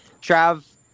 Trav